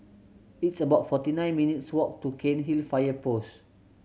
it's about forty nine minutes' walk to Cairnhill Fire Post